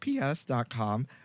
PS.com